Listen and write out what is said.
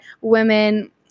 women